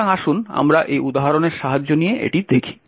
সুতরাং আসুন আমরা এই উদাহরণের সাহায্য নিয়ে এটি দেখি